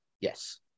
Yes